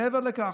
מעבר לכך,